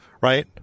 right